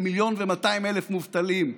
למיליון ו-200,000 מובטלים: